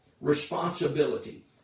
responsibility